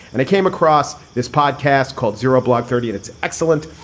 and i came across this podcast called zero block thirty. and it's excellent.